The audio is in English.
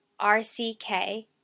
RCK